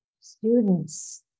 students